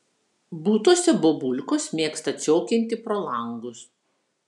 butuose bobulkos mėgsta ciokinti pro langus